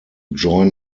join